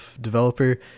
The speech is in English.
developer